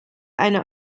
eine